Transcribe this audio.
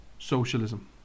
Socialism